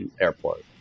airport